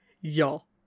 y'all